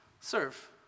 serve